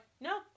no